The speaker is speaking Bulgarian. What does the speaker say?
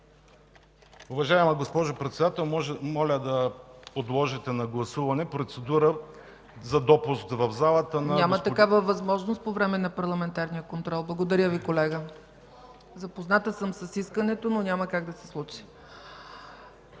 Уважаема госпожо Председател, моля да подложите на гласуване процедура за допуск в залата на господин... ПРЕДСЕДАТЕЛ ЦЕЦКА ЦАЧЕВА: Няма такава възможност по време на парламентарния контрол. Благодаря Ви, колега. (Реплики.) Запозната съм с искането, но няма как да се случи.